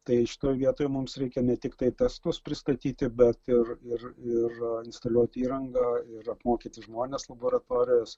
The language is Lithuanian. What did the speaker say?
tai šitoj vietoj mums reikia ne tiktai testus pristatyti bet ir ir ir instaliuoti įrangą ir apmokyti žmones laboratorijos